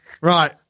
Right